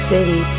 City